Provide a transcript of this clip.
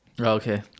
Okay